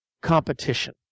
competition